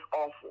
awful